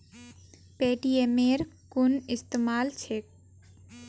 पेटीएमेर कुन इस्तमाल छेक